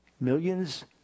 millions